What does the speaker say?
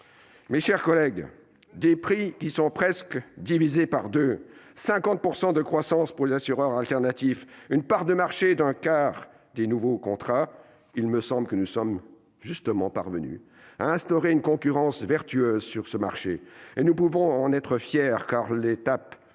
Mes chers collègues, des prix qui sont presque divisés par deux, 50 % de croissance pour les assureurs alternatifs et une part de marché d'un quart des nouveaux contrats : il me semble que nous sommes justement parvenus à instaurer une concurrence vertueuse sur ce marché, et nous pouvons en être fiers, car l'étape clé a